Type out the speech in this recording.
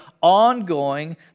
ongoing